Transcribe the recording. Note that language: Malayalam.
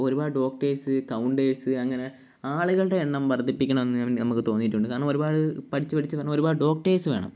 അപ്പോള് ഒരുപാട് ഡോക്ടേഴ്സ് കൌണ്ടേഴ്സ് അങ്ങനെ ആളുകളുടെ എണ്ണം വർധിപ്പിക്കണം എന്ന് നമുക്ക് തോന്നിയിട്ടുണ്ട് കാരണം ഒരുപാട് പഠിച്ചു പഠിച്ചു വരുന്ന ഒരുപാട് ഡോക്ടേഴ്സ് വേണം